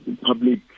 public